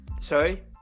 Sorry